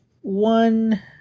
One